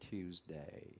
Tuesday